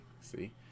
see